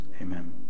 Amen